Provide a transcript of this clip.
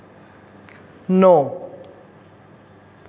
नौ